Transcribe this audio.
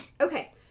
Okay